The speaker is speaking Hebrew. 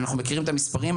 אנחנו מכירים את המספרים,